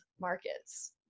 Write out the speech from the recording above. markets